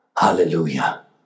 Hallelujah